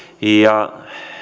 ja